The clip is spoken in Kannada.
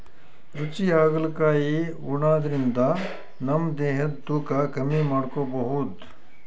ರುಚಿ ಹಾಗಲಕಾಯಿ ಉಣಾದ್ರಿನ್ದ ನಮ್ ದೇಹದ್ದ್ ತೂಕಾ ಕಮ್ಮಿ ಮಾಡ್ಕೊಬಹುದ್